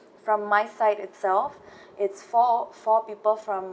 from my side itself it's four four people from